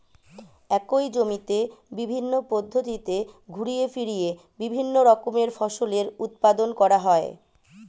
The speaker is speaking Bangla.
একই জমিতে বিভিন্ন পদ্ধতিতে ঘুরিয়ে ফিরিয়ে বিভিন্ন রকমের ফসলের উৎপাদন করা হয়